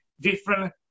different